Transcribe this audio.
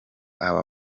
aba